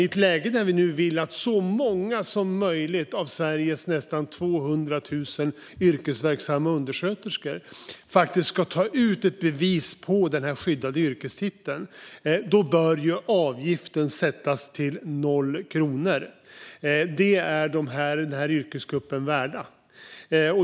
I ett läge där vi vill att så många som möjligt av Sveriges nästan 200 000 yrkesverksamma undersköterskor faktiskt ska ta ut ett bevis på den skyddade yrkestiteln, bör avgiften sättas till 0 kronor. Det är yrkesgruppen värd.